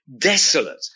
desolate